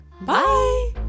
Bye